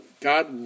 God